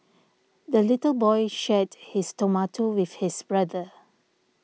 the little boy shared his tomato with his brother